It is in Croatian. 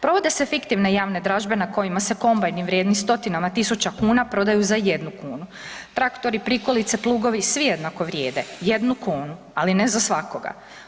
Provode se fiktivne javne dražbe na kojima se kombajni vrijedni stotinama tisuća kuna prodaju za 1 kunu, traktori, prikolice, plugovi svi jednako vrijede 1 kunu, ali ne za svakoga.